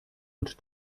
und